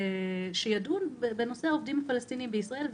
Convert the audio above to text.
שידון בנושא העובדים הפלסטינים בישראל,